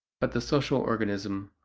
but the social organism,